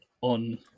on